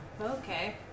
Okay